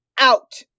out